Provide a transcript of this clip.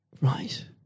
Right